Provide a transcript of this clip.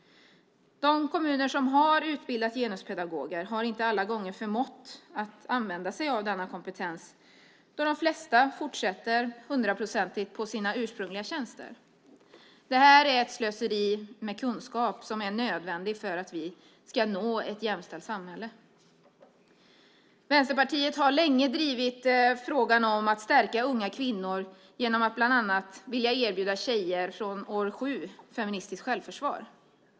De kommuner som har utbildat genuspedagoger har inte alla gånger förmått att använda sig av denna kompetens, då de flesta fortsätter hundraprocentigt på sina ursprungliga tjänster. Det här är ett slöseri med en kunskap som är nödvändig för att vi ska nå ett jämställt samhälle. Vänsterpartiet har länge drivit frågan om att stärka unga kvinnor genom att bland annat vilja erbjuda tjejer från år 7 feministiskt självförsvar.